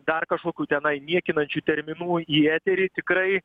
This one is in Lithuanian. dar kažkokių tenai niekinančių terminų į eterį tikrai